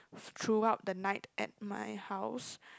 throughout the night at my house